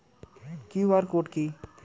QR code কি?